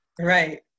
right